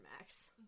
Max